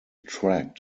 tract